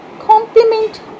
compliment